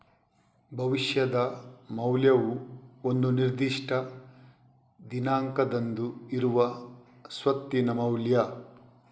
ಭವಿಷ್ಯದ ಮೌಲ್ಯವು ಒಂದು ನಿರ್ದಿಷ್ಟ ದಿನಾಂಕದಂದು ಇರುವ ಸ್ವತ್ತಿನ ಮೌಲ್ಯ